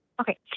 Okay